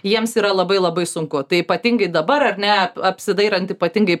jiems yra labai labai sunku tai ypatingai dabar ar ne apsidairant ypatingai